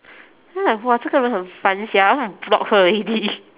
then like !wah! 这个人很烦 sia I want to block her already